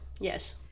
Yes